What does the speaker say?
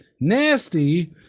Nasty